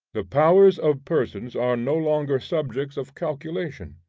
the powers of persons are no longer subjects of calculation.